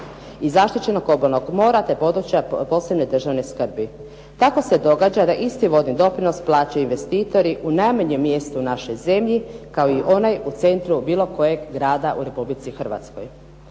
i zaštićenog obalnog mora, te područja posebne državne skrbi. Tako se događa da isti vodni doprinos plaćaju investitori u najmanjem mjestu u našoj zemlji, kao i onaj u centru bilo kojeg grada u Republici Hrvatskoj.